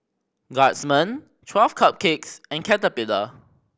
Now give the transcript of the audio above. Guardsman Twelve Cupcakes and Caterpillar